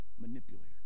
manipulator